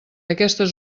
aquestes